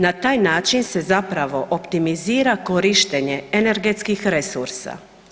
Na taj način se zapravo optimizira korištenje energetskih resursa.